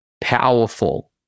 powerful